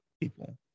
people